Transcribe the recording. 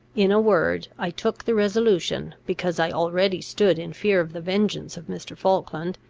in a word, i took the resolution, because i already stood in fear of the vengeance of mr. falkland,